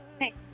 Hey